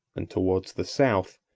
and towards the south,